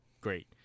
great